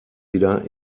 wieder